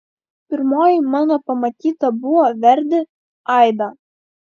pirmoji mano pamatyta buvo verdi aida